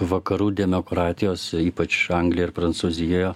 vakarų demokratijos ypač anglija ir prancūzija